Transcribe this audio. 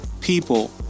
people